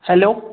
hello